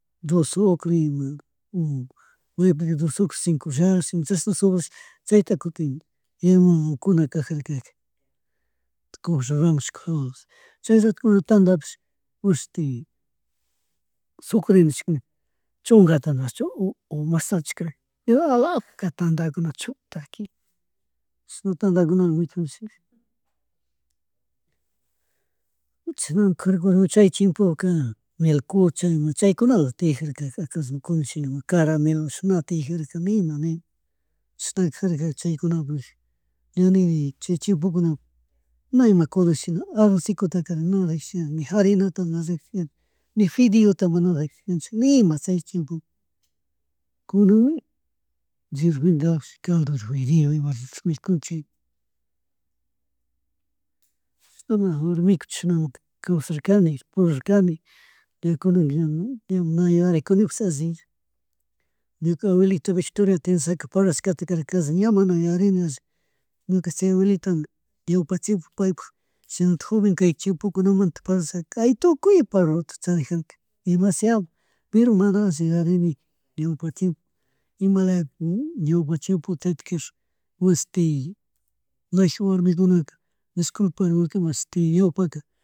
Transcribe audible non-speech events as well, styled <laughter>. Dos sucre ima paipika dos sucre cinco reales chashna solo rishka chayta kutin yaya mamakunamun kujarakana, <unintelligible> chay rato kuna tandapih imashuti sucre nishka chungata nachu o mashnachu karka alaja tandatakun chuta que chishna tandakuna maytijarish, chisna mi kajarka warmi chay chimpuka, melcocha ima chaykunala tiyajarkaka acallo kunanchinala karamelosh na tiyajarka nima nima, chishna kajarka chaykunawa ña nini chay chimpokunaka na ima kunanshina arroz seco na rickshini, ni harrinata na ricshini ni fideota mana rickshickanchik nima chay chimpuka kunanmi, derepente apashkawan fideo ima chay mikuna. Chashanalama kan wamiku chishnamunta kawsarkani purirkan <noise> pero kunanka ña na yuyarikunishpi alli. Ñuka abuelita Victoriata Tenesaca parlashkati kashi ña mana ña yuyarini ñush chay abulita, ñawpa chiempo paypuk chianalatik joven kay chimpokunamanta parlashaka kaytukuy parluta charijanika demasiado pero man alli yuyarinika ñawpa tiempo imalaya <hesitation> ñawpa chiempotaka mashti, mayjin warmikunata disculpangui wakunkunata mashti ñawpaka